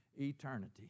eternity